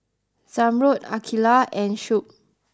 Zamrud Aqilah and Shuib